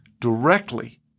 directly